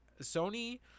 Sony